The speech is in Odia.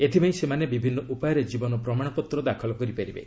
ଏଥିପାଇଁ ସେମାନେ ବିଭିନ୍ନ ଉପାୟରେ ଜୀବନ ପ୍ରମାଣପତ୍ ଦାଖଲ କରିପାରିବେ